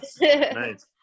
nice